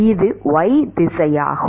இது y திசையாகும்